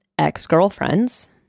ex-girlfriends